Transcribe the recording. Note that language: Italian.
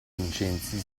vincenzi